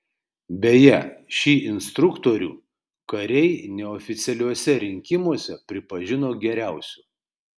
beje šį instruktorių kariai neoficialiuose rinkimuose pripažino geriausiu